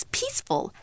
peaceful